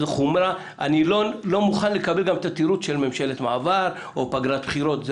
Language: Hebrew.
אני לא מוכן לקבל את התירוץ של ממשלת מעבר או פגרת בחירות,